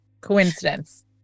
coincidence